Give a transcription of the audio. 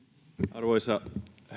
arvoisa